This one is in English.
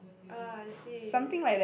ah I see